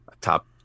top